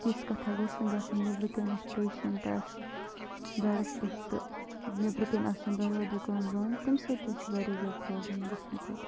تِژھِس کَتھا گَژھِ نہٕ گَژھٕنۍ نٮ۪برٕ کَنٮ۪س یُس پیشَنٹ آسہِ بٮ۪ڈَس پٮ۪ٹھ تہٕ نبرٕ کَنۍ آسُن دَوا دُکان بنٛد تمہِ سۭتۍ تہِ حظ چھِ واریاہ زیادٕ پرابلِم گَژھان پَتہٕ